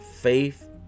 faith